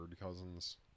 cousins